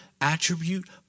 attribute